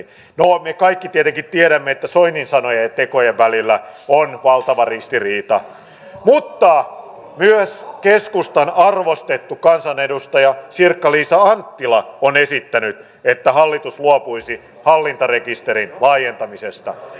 no me kaikki tietenkin tiedämme että soinin sanojen ja tekojen välillä on valtava ristiriita mutta myös keskustan arvostettu kansanedustaja sirkka liisa anttila on esittänyt että hallitus luopuisi hallintarekisterin laajentamisesta